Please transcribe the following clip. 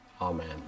Amen